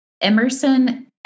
Emerson